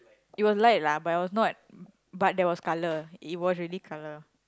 it was light lah but it was not but there was colour it was really colour